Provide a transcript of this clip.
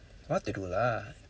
what to do lah